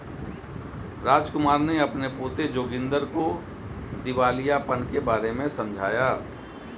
रामकुमार ने अपने पोते जोगिंदर को दिवालियापन के बारे में समझाया